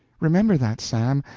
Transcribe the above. remember that, sam,